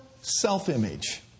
self-image